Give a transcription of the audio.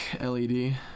LED